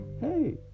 Hey